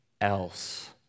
else